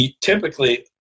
typically